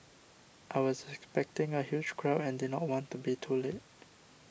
I was expecting a huge crowd and did not want to be too late